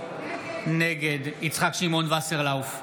נגד יצחק שמעון וסרלאוף,